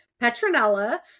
Petronella